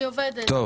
אני עובדת.